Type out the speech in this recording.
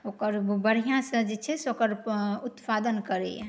आओर बढ़िआँसँ जे छै से ओकर उत्पादन करैए